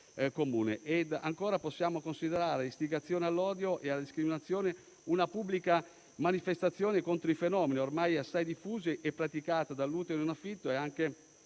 Comune. Possiamo considerare istigazione all'odio e alla discriminazione una pubblica manifestazione contro il fenomeno, ormai assai diffuso e praticato, dell'utero in affitto e anche